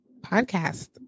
Podcast